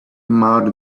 mounted